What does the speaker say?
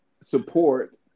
support